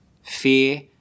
Fear